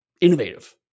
innovative